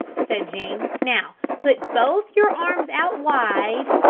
said jean. now put both your arms out wide.